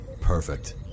Perfect